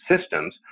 systems